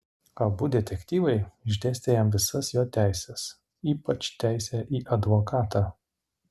abu detektyvai išdėstė jam visas jo teises ypač teisę į advokatą